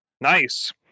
Nice